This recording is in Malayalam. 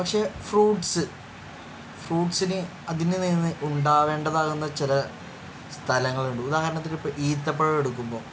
പക്ഷെ ഫ്രൂട്ട്സ് ഫ്രൂട്ട്സിന് അതിന് നിന്ന് ഉണ്ടാകേണ്ടത് ആകുന്ന ചില സ്ഥലങ്ങളുണ്ട് ഉദാഹരണത്തിന് ഇപ്പം ഈത്തപ്പഴം എടുക്കുമ്പോൾ